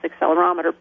accelerometer